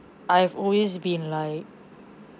I've always been like